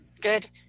Good